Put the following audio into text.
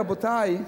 רבותי,